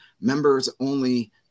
members-only